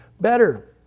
better